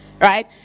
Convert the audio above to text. right